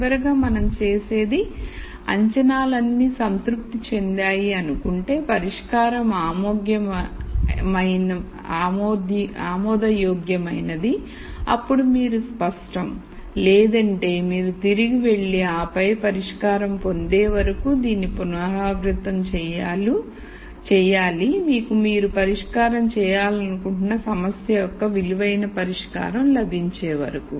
చివరిగా మనం చేసిన అంచనాలన్నీ సంతృప్తి చెందాయి అనుకుంటే పరిష్కారం ఆమోదయోగ్యమైనది అప్పుడు మీరు స్పష్టం లేదంటే మీరు తిరిగి వెళ్లి ఆపై పరిష్కారం పొందే వరకు దీన్ని పునరావృతం చేయాలి మీకు మీరు పరిష్కారం చేయాలనుకుంటున్న సమస్య యొక్క విలువైన పరిష్కారం లభించే వరకు